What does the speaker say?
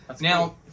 Now